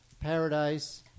Paradise